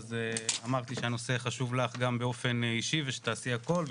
אמרת לי שהנושא חשוב לך גם באופן אישי ושתעשי הכל,